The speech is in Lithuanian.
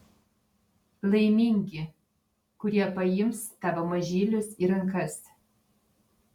laimingi kurie paims tavo mažylius į rankas